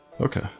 Okay